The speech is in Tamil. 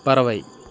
பறவை